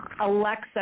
Alexa